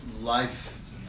life